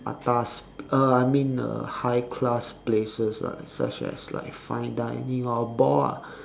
atas uh I mean uh high class places are such as like fine dining or ball ah